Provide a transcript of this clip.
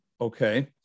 Okay